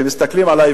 שמסתכלים עלי,